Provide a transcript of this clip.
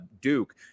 Duke